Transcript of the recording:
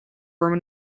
were